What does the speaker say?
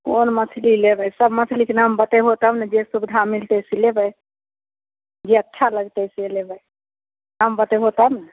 कोन मछली लेबै सभ मछलीके दाम बतेबहो तब ने जे सुबिधा मिलतै से लेबै जे अच्छा लगतै से लेबै दाम बतेबहो तब ने